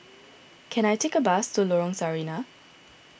can I take a bus to Lorong Sarina